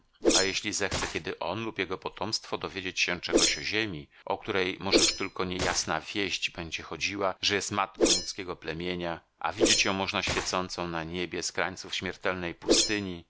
a jeśli zechce kiedy on lub jego potomstwo dowiedzieć się czegoś o ziemi o której może już tylko niejasna wieść będzie chodziła że jest matką ludzkiego plemienia a widzieć ją można świecącą na niebie z krańców śmiertelnej pustyni